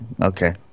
Okay